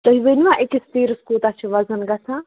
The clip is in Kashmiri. تُہۍ ؤنۍوا أکِس تیٖرَس کوٗتاہ چھِ وَزَن گژھان